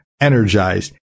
energized